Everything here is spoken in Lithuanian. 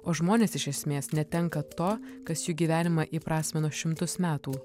o žmonės iš esmės netenka to kas jų gyvenimą įprasmino šimtus metų